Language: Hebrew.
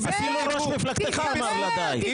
אפילו ראש מפלגתך אמר לה די.